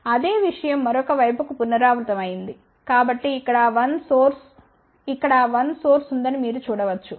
కాబట్టి అదే విషయం మరొక వైపుకు పునరావృతమైంది కాబట్టి ఇక్కడ 1 సోర్స్ ఇక్కడ 1 సోర్స్ ఉందని మీరు చూడవచ్చు